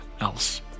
else